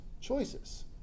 choices